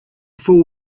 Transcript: fool